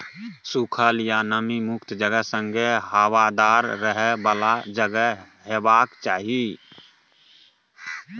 सुखल आ नमी मुक्त जगह संगे हबादार रहय बला जगह हेबाक चाही